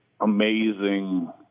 amazing –